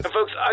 Folks